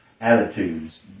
attitudes